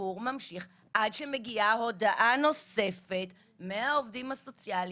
הסיפור ממשיך עד שמגיעה הודעה נוספת מהעובדים הסוציאליים,